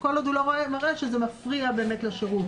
כל עוד הוא לא מראה שזה מפריע באמת לשירות,